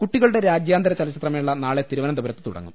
കുട്ടികളുടെ രാജ്യാന്തര ചലച്ചിത്രമേള നാളെ തിരുവനന്തപുരത്ത് തുടങ്ങും